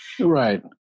Right